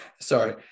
sorry